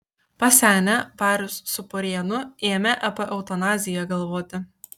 pasenę barius su purėnu ėmė apie eutanaziją galvoti